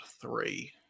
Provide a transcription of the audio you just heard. three